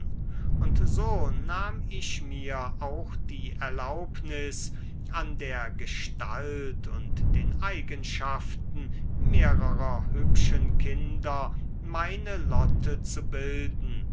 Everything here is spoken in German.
und so nahm ich mir auch die erlaubnis an der gestalt und den eigenschaften mehrerer hübschen kinder meine lotte zu bilden